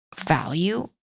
value